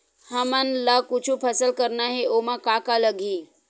हमन ला कुछु फसल करना हे ओमा का का लगही?